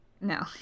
No